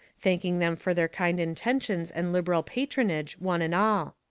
thanking them fur their kind intentions and liberal patronage, one and all.